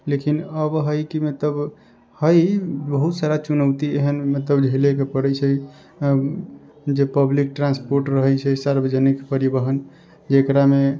लेकिन अब हइ कि मतलब हइ बहुत सारा चुनौती एहन मतलब झेलैके पड़ै छै जे पब्लिक ट्रान्सपोर्ट रहै छै सार्वजनिक परिवहन जेकरामे